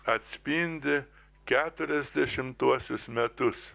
atspindi keturiasdešimtuosius metus